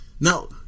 Now